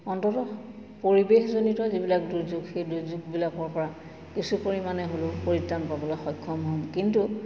অন্ততঃ পৰিৱেশজনিত যিবিলাক দুৰ্যোগ সেই দুৰ্যোগবিলাকৰ পৰা কিছু পৰিমাণে হ'লেও পৰিত্ৰাণ পাবলৈ সক্ষম হ'ম কিন্তু